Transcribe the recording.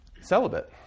celibate